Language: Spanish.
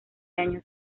años